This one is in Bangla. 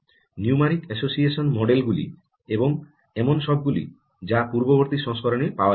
নিউমারিক অ্যাসোসিয়েশন মডেল গুলি এবং এমন সবগুলি যা পূর্ববর্তী সংস্করণে পাওয়া যায় নি